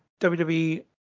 WWE